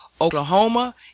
Oklahoma